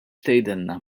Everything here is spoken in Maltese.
tgħidilna